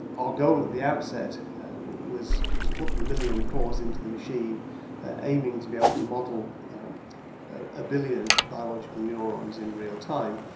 our goal at the outset was to put the million cores into the machine aiming to be able to model a billion biological neurons in real time.